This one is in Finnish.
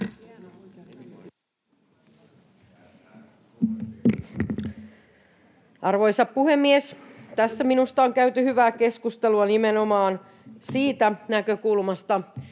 Arvoisa puhemies! Tässä minusta on käyty hyvää keskustelua nimenomaan siitä näkökulmasta,